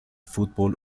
fútbol